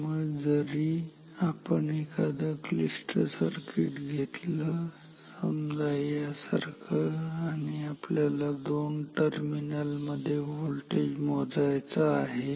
त्यामुळे जरी आपण एखादं क्लिष्ट सर्किट घेतलं समजा यासारखं आणि आपल्याला या दोन टर्मिनल मध्ये व्होल्टेज मोजायचा आहे